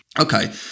Okay